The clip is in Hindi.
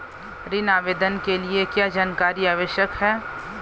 ऋण आवेदन के लिए क्या जानकारी आवश्यक है?